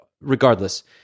regardless